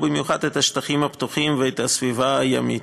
ובמיוחד את השטחים הפתוחים ואת הסביבה הימית.